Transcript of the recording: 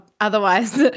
otherwise